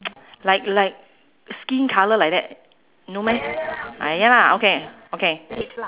like like skin colour like that no meh ah ya lah okay okay